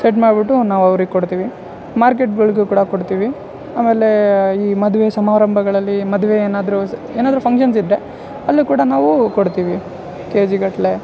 set ಮಾಡ್ಬಿಟ್ಟು ನಾವು ಅವ್ರಿಗೆ ಕೊಡ್ತೀವಿ ಮಾರ್ಕೆಟ್ಗಳಿಗು ಕೂಡ ಕೊಡ್ತೀವಿ ಆಮೇಲೆ ಈ ಮದುವೆ ಸಮಾರಂಭಗಳಲ್ಲಿ ಮದುವೆ ಏನಾದರು ಏನಾದರು ಫಂಕ್ಷನ್ಸ್ಯಿದ್ದರೆ ಅಲ್ಲು ಕೂಡ ನಾವು ಕೊಡ್ತೀವಿ ಕೆಜಿಗಟ್ಲೆ